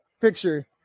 picture